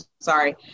sorry